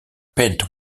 painted